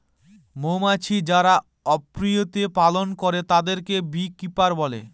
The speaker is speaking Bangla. মৌমাছি যারা অপিয়ারীতে পালন করে তাদেরকে বী কিপার বলে